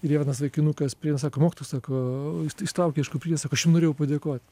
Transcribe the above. ir jaunas vaikinukas priėjo sako mokytojau sako ištraukė iš kuprinės sako aš jum norėjau padėkot